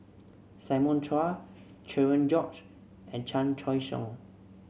Simon Chua Cherian George and Chan Choy Siong